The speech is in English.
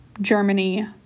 Germany